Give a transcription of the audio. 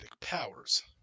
powers